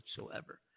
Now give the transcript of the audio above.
whatsoever